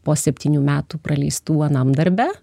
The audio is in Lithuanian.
po septynių metų praleistų anam darbe